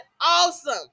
awesome